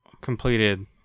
completed